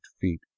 feet